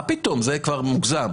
מה פתאום, זה כבר מוגזם.